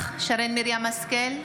שרן מרים השכל,